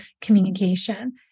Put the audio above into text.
communication